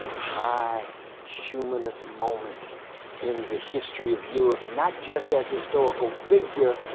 high humanist moment in the history of europe, not just as historical figure,